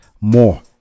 more